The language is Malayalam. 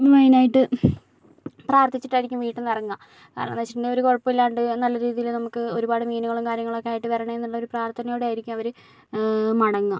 മെയിനായിട്ട് പ്രാർത്ഥിച്ചിട്ടായിരിക്കും വീട്ടിൽ നിന്ന് ഇറങ്ങുക കാരണമെന്നു വെച്ചിട്ടുണ്ടെങ്കിൽ ഒരു കുഴപ്പമില്ലാണ്ട് നല്ല രീതിയിൽ നമുക്ക് ഒരുപാട് മീനുകളും കാര്യങ്ങളും ഒക്കെ ആയിട്ട് വരണേ എന്നുള്ളൊരു പ്രാർത്ഥനയോടെ ആയിരിക്കും അവർ മടങ്ങുക